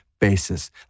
basis